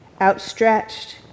outstretched